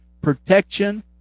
protection